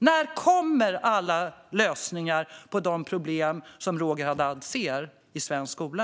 När kommer alla lösningar på de problem som Roger Haddad ser i svensk skola?